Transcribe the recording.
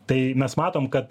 tai mes matom kad